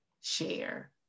share